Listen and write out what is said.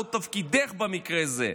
או תפקידֵךְ במקרה הזה,